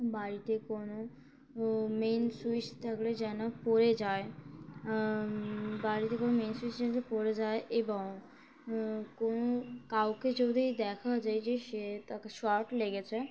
বাড়িতে কোনো main switch থাকলে যেন পড়ে যায় বাড়িতে কোনো মেন সুইচ যতে পড়ে যায় এবং কোনো কাউকে যদি দেখা যায় যে সে তাকে শর্ট লেগেছে